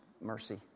mercy